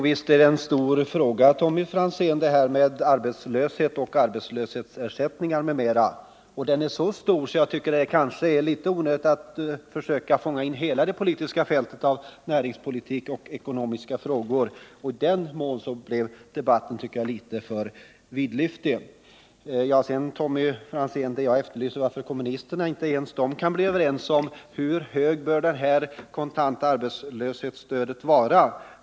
Herr talman! Visst är problemet med arbetslöshet och arbetslöshetsersättning m.m. en stor fråga, Tommy Franzén. så stor att jag tycker att det är onödigt att försöka få in hela fältet av näringspolitik och näringsfrågor i den. Här tycker jag att debatten har blivit litet för vidlyftig. Jag efterlyste varför inte kommunisterna kan bli överens om hur högt det kontanta arbetslöshetsunderstödet bör vara.